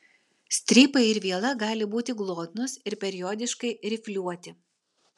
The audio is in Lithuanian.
strypai ir viela gali būti glotnūs ir periodiškai rifliuoti